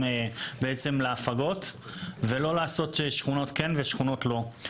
בעצם להפגות ולא לעשות שכונות כן ושכונות לא.